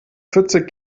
vierzig